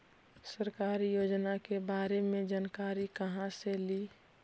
सरकारी योजना के बारे मे जानकारी कहा से ली?